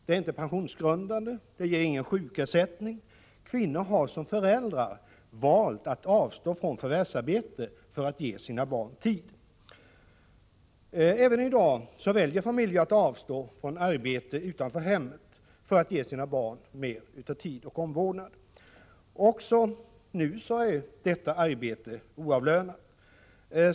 Det är inte pensionsgrundande och ger ingen sjukersättning. Kvinnor har som föräldrar valt att avstå från förvärvsarbete för att ge sina barn tid. Även i dag väljer familjer att avstå från arbete utanför hemmet för att ge sina barn mer av tid och omvårdnad. Också nu är detta arbete oavlönat.